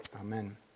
Amen